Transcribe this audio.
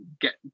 get